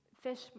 fish